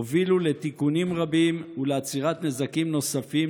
הובילו לתיקונים רבים ולעצירת נזקים נוספים